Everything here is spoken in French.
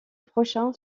prochain